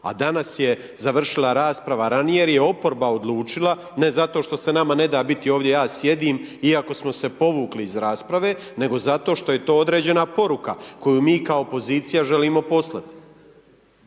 A danas je završila rasprava ranije jer je oporba odlučila, ne zato što se nama ne da biti ovdje, ja sjedim, iako smo se povukli iz rasprave, nego zato što je to određena poruka, koju mi kao opozicija želimo poslati.